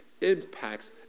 impacts